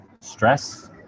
stress